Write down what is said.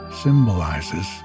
symbolizes